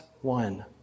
one